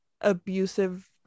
abusive